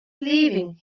leaving